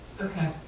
Okay